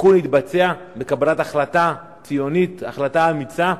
התיקון יתבצע בקבלת החלטה ציונית, החלטה אמיצה,